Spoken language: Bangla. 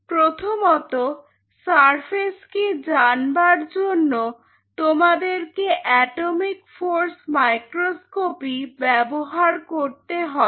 প্রথমত সারফেসকে জানবার জন্য তোমাদেরকে এটমিক ফোর্স মাইক্রোস্কোপি ব্যবহার করতে হবে